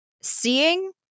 seeing